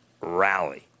rally